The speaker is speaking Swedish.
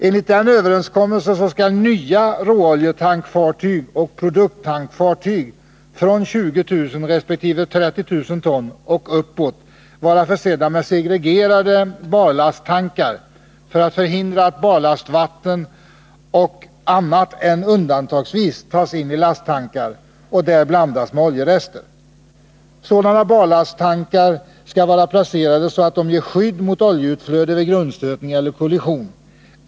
Enligt den överenskommelsen skall nya råoljetankfartyg och produkttankfartyg från 20 000 resp. 30 000 ton och uppåt vara försedda med segregerade barlasttankar för förhindrande av att barlastvatten annat än undantagsvis tas in i lasttankar och där blandas med oljerester. Sådana barlasttankar skall vara placerade så att de ger skydd mot oljeutflöde vid grundstötning eller kollision.